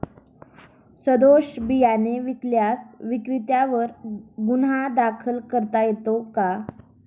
सदोष बियाणे विकल्यास विक्रेत्यांवर गुन्हा दाखल करता येतो का?